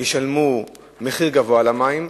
ישלמו מחיר גבוה על המים,